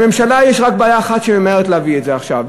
לממשלה יש רק בעיה אחת שהיא ממהרת להביא את זה עכשיו,